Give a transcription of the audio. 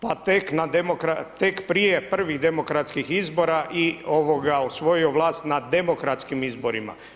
Pa tek prije prvih demokratskih izbora i osvojio vlast na demokratskim izborima.